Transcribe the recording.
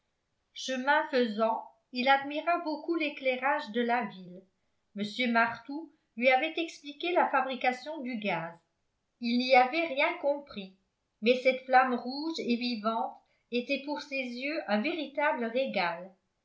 chemin faisant il admira beaucoup l'éclairage de la ville mr martout lui avait expliqué la fabrication du gaz il n'y avait rien compris mais cette flamme rouge et vivante était pour ses yeux un véritable régal